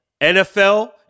NFL